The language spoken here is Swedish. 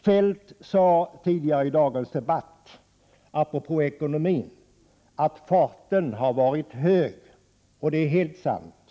Feldt sade tidigare i dagens debatt apropå ekonomin att farten har varit för hög, och det är alldeles riktigt.